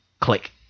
click